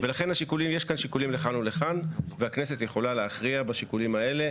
ולכן יש כאן שיקולים לכאן ולכאן והכנסת יכולה להכריע בשיקולים האלה